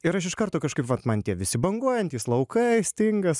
ir aš iš karto kažkaip vat man tie visi banguojantys laukai stingas